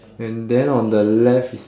and then on the left is